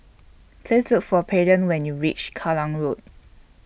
Please Look For Peyton when YOU REACH Kallang Road